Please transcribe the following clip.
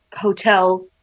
hotel